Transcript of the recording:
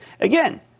Again